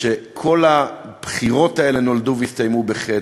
שכל הבחירות האלה נולדו והסתיימו בחטא,